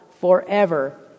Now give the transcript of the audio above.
forever